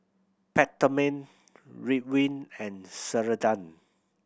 Peptamen Ridwind and Ceradan